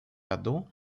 году